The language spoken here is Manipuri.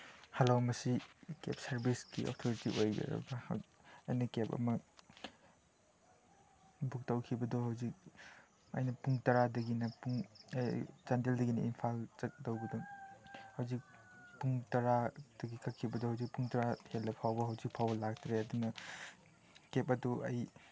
ꯍꯂꯣ ꯃꯁꯤ ꯀꯦꯞ ꯁꯔꯚꯤꯁꯀꯤ ꯑꯣꯊꯣꯔꯤꯇꯤ ꯑꯣꯏꯔꯤꯕ꯭ꯔꯥ ꯑꯩꯅ ꯀꯦꯞ ꯑꯃ ꯕꯨꯛ ꯇꯧꯈꯤꯕꯗꯨ ꯍꯧꯖꯤꯛ ꯑꯩꯅ ꯄꯨꯡ ꯇꯔꯥꯗꯒꯤꯅ ꯄꯨꯡ ꯆꯥꯟꯗꯦꯜꯗꯒꯤꯅ ꯏꯝꯐꯥꯜ ꯆꯠꯇꯧꯕꯗꯨ ꯍꯧꯖꯤꯛ ꯄꯨꯡ ꯇꯔꯥꯗꯒꯤ ꯀꯛꯈꯤꯕꯗꯨ ꯍꯧꯖꯤꯛ ꯄꯨꯡ ꯇꯔꯥ ꯍꯦꯜꯂꯐꯥꯎꯕ ꯍꯧꯖꯤꯛ ꯐꯥꯎꯕ ꯂꯥꯛꯇ꯭ꯔꯦ ꯑꯗꯨꯅ ꯀꯦꯞ ꯑꯗꯨ ꯑꯩ